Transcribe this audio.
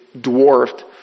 dwarfed